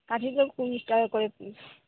কাঠি রোল টাকা করে পিস